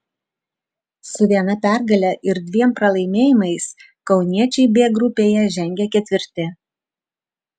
su viena pergale ir dviem pralaimėjimais kauniečiai b grupėje žengia ketvirti